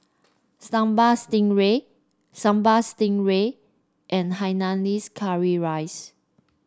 Sambal Stingray Sambal Stingray and Hainanese Curry Rice